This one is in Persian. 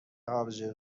آبجو